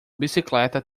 bicicleta